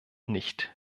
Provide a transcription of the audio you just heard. nicht